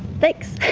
thanks!